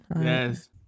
Yes